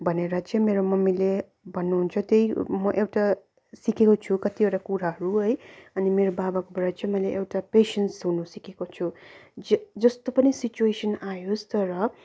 भनेर चाहिँ मेरो मम्मीले भन्नुहुन्छ त्यही म एउटा सिकेको छु कतिवटा कुराहरू है अनि मेरो बाबाकोबाट चाहिँ मैले एउटा पेसेन्स हुनु सिकेको छु जे जस्तो पनि सिच्युएसन आवओस् तर